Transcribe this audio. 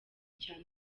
cyane